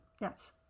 Yes